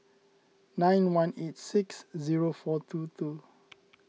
nine one eight six zero four two two